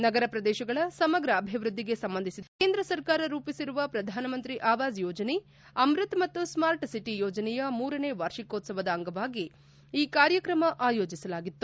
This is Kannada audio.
ನಗರ ಪ್ರದೇಶಗಳ ಸಮಗ್ರ ಅಭಿವ್ಯದ್ದಿಗೆ ಸಂಬಂಧಿಸಿದಂತೆ ಕೇಂದ್ರ ಸರ್ಕಾರ ರೂಪಿಸಿರುವ ಪ್ರಧಾನ ಮಂತ್ರಿ ಆವಾಸ್ ಯೋಜನೆ ಅಮೃತ್ ಮತ್ತು ಸ್ಮಾರ್ಟ್ ಸಿಟಿ ಯೋಜನೆಯ ಮೂರನೇ ವಾರ್ಷಿಕೋತ್ಸವದ ಅಂಗವಾಗಿ ಈ ಕಾರ್ಯಕ್ರಮ ಆಯೋಜಿಸಲಾಗಿತ್ತು